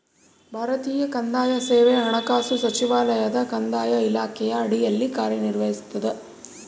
ಭಾರತೀಯ ಕಂದಾಯ ಸೇವೆ ಹಣಕಾಸು ಸಚಿವಾಲಯದ ಕಂದಾಯ ಇಲಾಖೆಯ ಅಡಿಯಲ್ಲಿ ಕಾರ್ಯನಿರ್ವಹಿಸ್ತದ